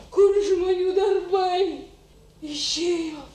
kur žmonių darbai išėjo